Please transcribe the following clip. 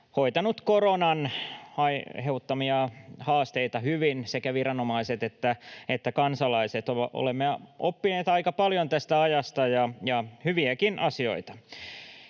hoitanut koronan aiheuttamia haasteita hyvin, sekä viranomaiset että kansalaiset. Olemme oppineet aika paljon tästä ajasta ja hyviäkin asioita.